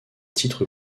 titre